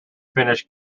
finnish